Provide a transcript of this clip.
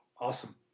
awesome